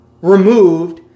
removed